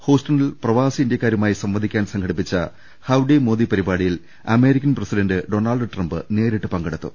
ഹൂസ്റ്റണിൽ പ്രവാസി ഇന്ത്യക്കാരുമായി സംവദിക്കാൻ സംഘടിപ്പിച്ച ഹൌഡി മോദി പരിപാടിയിൽ അമേരിക്കൻ പ്രസിഡന്റ് ഡൊണാൾഡ് ട്രംപ് നേരിട്ട് പങ്കെടുത്തു